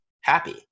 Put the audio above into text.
happy